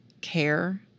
care